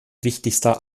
wichtigster